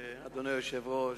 אדוני היושב-ראש,